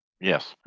Yes